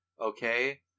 Okay